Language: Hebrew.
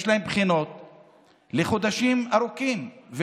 יש להם חודשים ארוכים של בחינות.